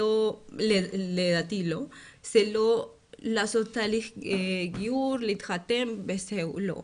לדעתי, זה לא לעשות תהליך גיור, להתחתן וזהו, לא.